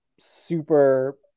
super